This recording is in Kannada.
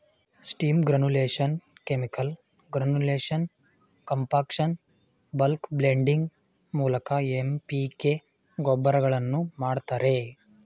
steam granulation, chemical granulation, compaction, bulk blending ಮೂಲಕ ಎಂ.ಪಿ.ಕೆ ಗೊಬ್ಬರಗಳನ್ನು ಮಾಡ್ತರೆ